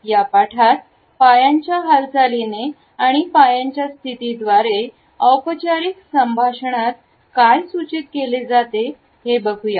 या पाठात पायांच्या हालचालीने आणि पायांच्या स्थिती द्वारे औपचारिक संभाषणात काय सूचित केले जाते ते बघूया